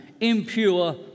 impure